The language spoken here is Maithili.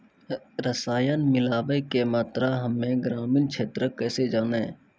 रसायन मिलाबै के मात्रा हम्मे ग्रामीण क्षेत्रक कैसे जानै?